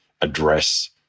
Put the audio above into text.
address